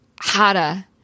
harder